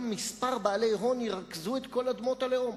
מספר בעלי הון ירכזו את כל אדמות הלאום